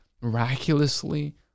miraculously